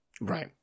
right